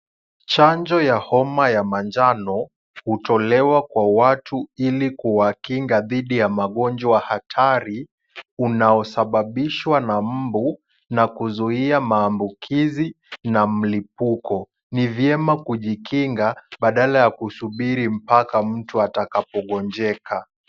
Chanjo ya homa ya manjano hutolewa kwa watu, ili kuwakinga dhidi ya magonjwa hatari, unaosababishwa na mbu, na kuzuia maambukizi na mlipuko. Ni vyema kujikinga, badala ya kusubiri mpaka mtu atakapo gonjeka.